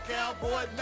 Cowboy